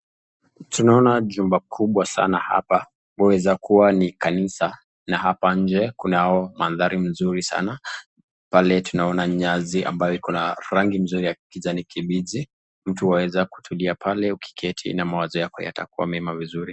Tunaona chumba kubwa sana hapa waweza kuwa ni kanisa na hapa nje kunao mandhari nzuri sana pale tunona nyasi ambayo iko na rangi nzuri ya kijani kibichi mtu waweza keti pale ukitulia na mawazo yako yatakuwa mema vizuri.